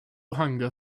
hunger